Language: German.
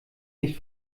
nicht